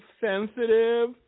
sensitive